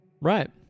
Right